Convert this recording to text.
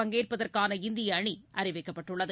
பங்கேற்பதற்கான இந்திய அணி அறிவிக்கப்பட்டுள்ளது